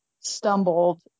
stumbled